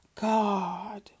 God